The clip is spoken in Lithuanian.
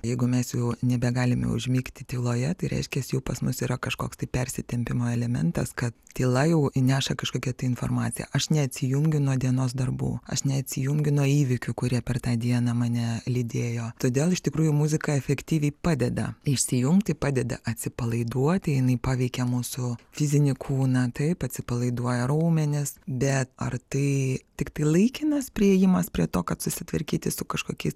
jeigu mes jau nebegalime užmigti tyloje tai reiškias jau pas mus yra kažkoks tai persitempimo elementas kad tyla ji jau neša kažkokią tai informaciją aš neatsijungiu nuo dienos darbų aš neatsijungiu nuo įvykių kurie per tą dieną mane lydėjo todėl iš tikrųjų muzika efektyviai padeda išsijungti padeda atsipalaiduoti jinai paveikia mūsų fizinį kūną taip atsipalaiduoja raumenys bet ar tai tiktai laikinas priėjimas prie to kad susitvarkyti su kažkokiais